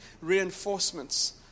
reinforcements